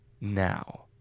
now